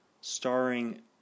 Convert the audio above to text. starring